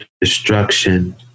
destruction